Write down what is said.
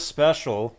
Special